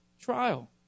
trial